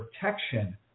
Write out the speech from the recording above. protection